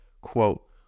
quote